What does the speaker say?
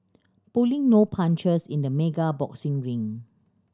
pulling no punches in the mega boxing ring